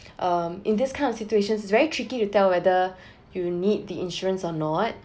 um in this kind of situation it's very tricky to tell whether you need the insurance or not